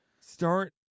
Start